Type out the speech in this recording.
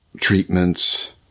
treatments